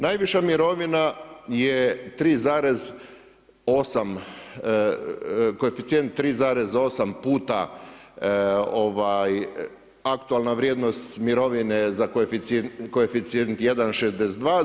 Najviša mirovina je 3,8 koeficijent 3,8 puta aktualna vrijednost mirovine za koeficijent 1,62.